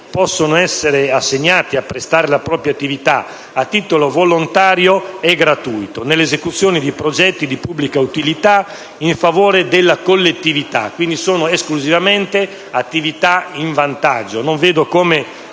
possono essere assegnati a prestare la propria attività a titolo volontario e gratuito nell'esecuzione di progetti di pubblica utilità in favore della collettività...(...)». Sono, quindi, esclusivamente attività in vantaggio. Non vedo come